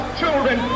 children